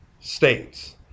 states